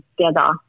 together